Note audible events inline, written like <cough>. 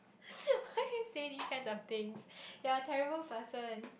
<breath> why you say these kinds of thing you're terrible person